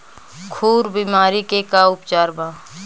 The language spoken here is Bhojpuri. खुर बीमारी के का उपचार बा?